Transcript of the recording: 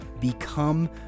become